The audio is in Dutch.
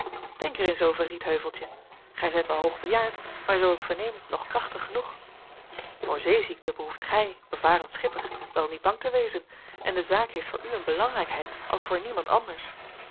denk er eens over rietheuveltje gij zijt wel hoog bejaard maar zoo ik verneem nog krachtig genoeg voor zeeziekte behoeft gij bevaren schipper wel niet bang te wezen en de zaak heeft voor u een belangrijkheid als voor niemand anders